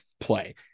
play